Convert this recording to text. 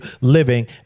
living